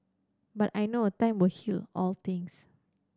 but I know time will heal all things